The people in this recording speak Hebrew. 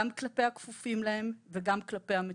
גם כלפי הכפופים להם וגם כלפי המטופלים.